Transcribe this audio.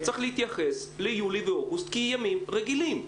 צריך להתייחס ליולי ואוגוסט כימים רגילים.